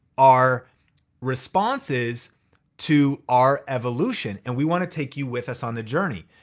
are responses to our evolution and we wanna take you with us on the journey.